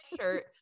shirt